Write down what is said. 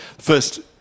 first